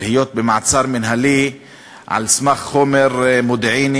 להיות במעצר מינהלי על סמך חומר מודיעיני